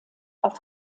auf